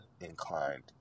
inclined